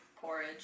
porridge